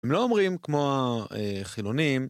הם לא אומרים כמו החילונים.